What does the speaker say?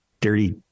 dirty